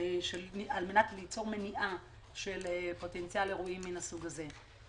על מנת ליצור מניעה של פוטנציאל אירועים מהסוג הזה.